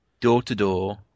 door-to-door